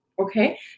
Okay